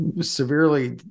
severely